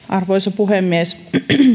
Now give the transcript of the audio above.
arvoisa puhemies